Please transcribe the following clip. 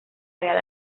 real